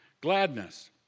gladness